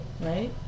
right